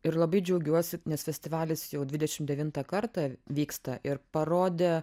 ir labai džiaugiuosi nes festivalis jau dvidešim devintą kartą vyksta ir parodė